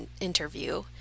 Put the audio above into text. interview